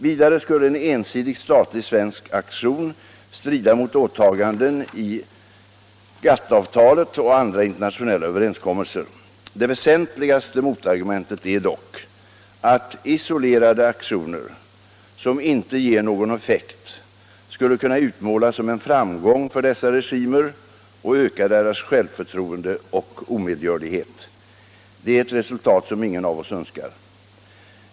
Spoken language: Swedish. Vidare skulle en ensidig statlig svensk aktion strida mot åtaganden i GATT-avtalet och andra internationella överenskommelser. Det väsentligaste motargumentet är dock att isolerade aktioner, som inte ger någon effekt, skulle kunna utmålas som en framgång för dessa regimer och öka deras självförtroende och omedgörlighet. Det är ett resultat som ingen av oss önskar.